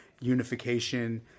unification